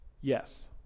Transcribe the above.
Yes